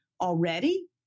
already